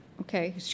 Okay